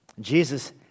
Jesus